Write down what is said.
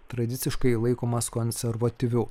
tradiciškai laikomas konservatyviu